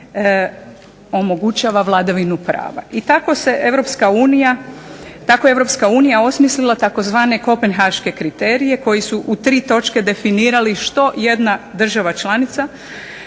I tako je Europska unija osmislila tzv. kopenhaške kriterije koji su u tri točke definirali što jedna država članica